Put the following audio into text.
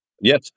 Yes